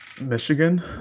michigan